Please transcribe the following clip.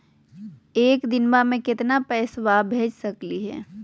एक दिनवा मे केतना पैसवा भेज सकली हे?